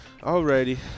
Alrighty